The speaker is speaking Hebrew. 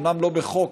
אומנם לא בחוק,